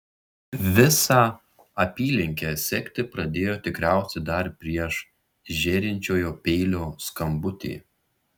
visą apylinkę sekti pradėjo tikriausiai dar prieš žėrinčiojo peilio skambutį